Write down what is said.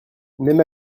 même